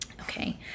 Okay